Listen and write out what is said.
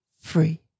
free